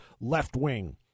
left-wing